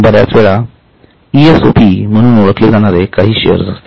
बर्याचवेळी ESOP म्हणून ओळखले जाणारे काही शेअर्स असतात